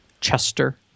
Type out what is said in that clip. Chester